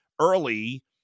early